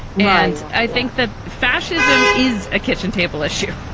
and i think that fascism is a kitchen table issue.